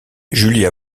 julie